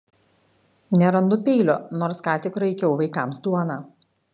nerandu peilio nors ką tik raikiau vaikams duoną